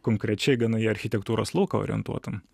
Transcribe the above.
konkrečiai gana į architektūros lauką orientuota